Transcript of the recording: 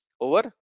over